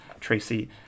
Tracy